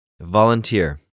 Volunteer